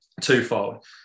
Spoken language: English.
twofold